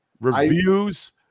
reviews